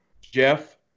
Jeff